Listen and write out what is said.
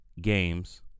games